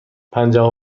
پنجاه